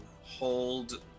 hold